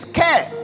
care